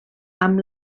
amb